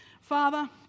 Father